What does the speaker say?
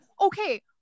Okay